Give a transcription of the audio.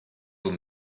vous